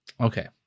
Okay